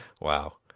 wow